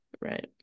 Right